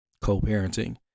co-parenting